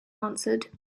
answered